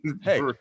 Hey